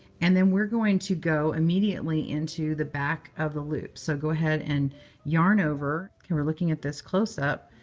and then we're going to go immediately into the back of the loop. so go ahead and yarn over. ok. we're looking at this close-up.